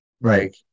Right